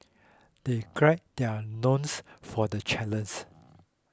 they gird their loins for the challenge